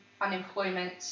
unemployment